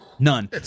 None